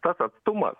tas atstumas